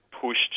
pushed